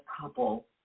couple